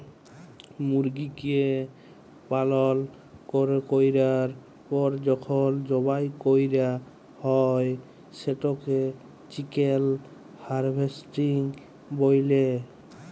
মুরগিকে পালল ক্যরার পর যখল জবাই ক্যরা হ্যয় সেটকে চিকেল হার্ভেস্টিং ব্যলে